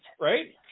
Right